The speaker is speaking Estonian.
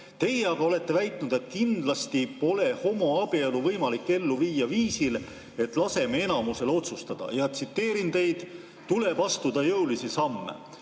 Teie aga olete väitnud, et kindlasti pole homoabielu võimalik ellu viia viisil, et laseme enamusel otsustada. Tsiteerin teid: "Tuleb astuda jõulisi samme."